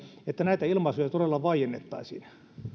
että näitä ilmaisuja todella vaiennettaisiin